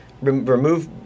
remove